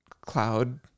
cloud